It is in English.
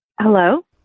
Hello